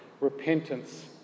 repentance